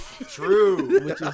True